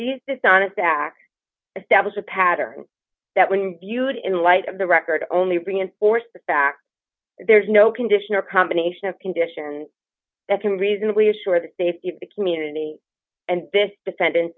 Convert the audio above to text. the dishonest back stab is a pattern that when viewed in light of the record only reinforce the fact there's no condition or combination of conditions that can reasonably assure the safety of the community and this defendant